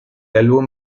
álbum